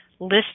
list